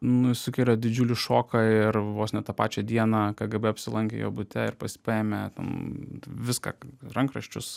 nu sukelė didžiulį šoką ir vos ne tą pačią dieną kgb apsilankė jo bute ir pas paėmė ten viską rankraščius